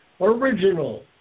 original